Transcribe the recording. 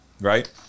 right